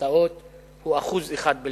האוניברסיטאות הוא 1% בלבד.